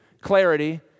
clarity